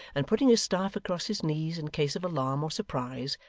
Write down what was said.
and putting his staff across his knees in case of alarm or surprise,